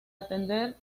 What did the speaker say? atender